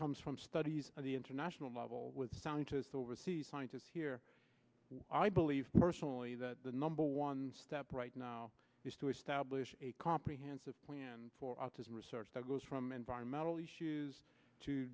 comes from studies on the international level with scientists overseas scientists here i believe personally that the number one step right now is to establish a comprehensive plan for autism research that goes from environmental